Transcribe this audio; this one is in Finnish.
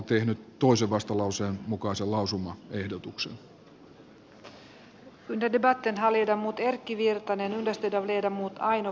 neuvostossa tulee olla edustettuna tasapuolisesti tekijät teosten kaupalliset hyödyntäjät sivistykselliset organisaatiot sekä kuluttajien edustajat